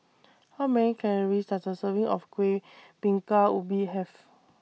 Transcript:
How Many Calories Does A Serving of Kueh Bingka Ubi Have